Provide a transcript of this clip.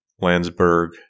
Landsberg